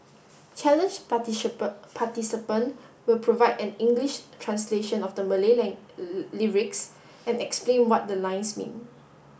challenge participant will provide an English translation of the Malay lyrics and explain what the lines mean